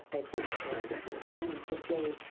i think, the the end of the day,